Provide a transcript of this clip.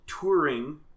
touring